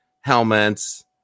helmets